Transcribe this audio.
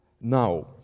Now